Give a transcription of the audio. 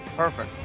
perfect.